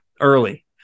early